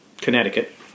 Connecticut